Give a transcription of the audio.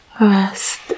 rest